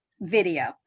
video